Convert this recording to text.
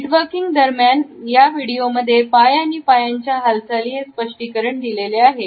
net working दरम्यान या व्हिडिओमध्ये पाय आणि पायांच्या हालचाली हे स्पष्टीकरण दिलेले आहे